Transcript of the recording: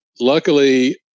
luckily